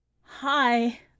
Hi